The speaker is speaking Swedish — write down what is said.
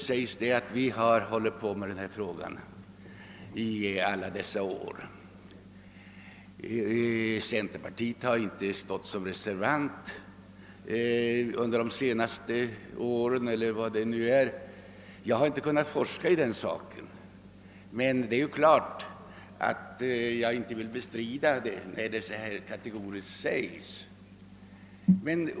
Högern säger att den under alla år fört fram denna fråga och att centerpartiet inte reserverat sig under de senaste åren. Jag har inte hunnit forska i saken, och jag vill inte bestrida påståendet när det framförs så kategoriskt.